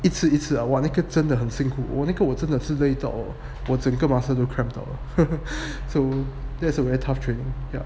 it's a it's ah !wah! 我真的很辛苦我那个我真的是累到 hor 整个 muscle 都 cramp 到 err so that's a very tough training